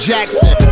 Jackson